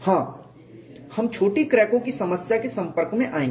हाँ हम छोटी क्रैकों की समस्या के संपर्क में आएंगे